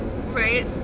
Right